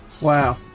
Wow